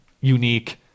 unique